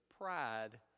pride